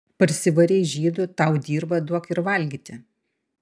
parsivarei žydų tau dirba duok ir valgyti